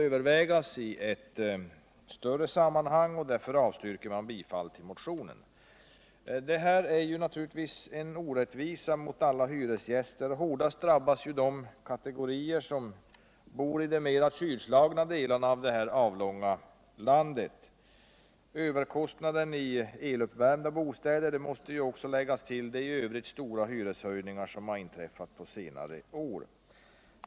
Ökning för befintlig bebygarna av elavgifterna innebär naturligtvis en orättvisa mot alla hyresgäster — och hårdast drabbas de kategorier som bor i de mer kylslagna delarna av vårt avlånga land. Överkostnaden i eluppvärmda bostäder måste också läggas till de i övrigt stora hyreshöjningar som har inträffat på senare år.